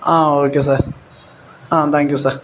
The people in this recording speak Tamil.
ah okay sir ah thank you sir